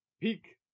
peak